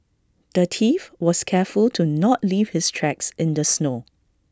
the thief was careful to not leave his tracks in the snow